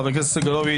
חבר הכנסת סגלוביץ',